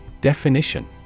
Definition